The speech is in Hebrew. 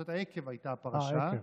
פרשת עקב הייתה הפרשה.